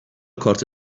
کارت